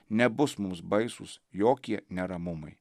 nebus mums baisūs jokie neramumai